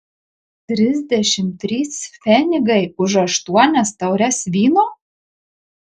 trisdešimt trys pfenigai už aštuonias taures vyno